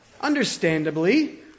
understandably